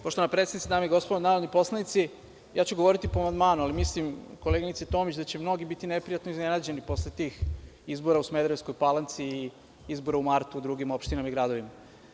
Poštovana predsednice, dame i gospodo narodni poslanici, govoriću o amandmanu, ali mislim, koleginice Tomić, da će mnogi biti neprijatno iznenađeni posle tih izbora u Smederevskoj Palanci i izbora u martu u drugim opštinama i gradovima.